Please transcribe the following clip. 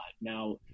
Now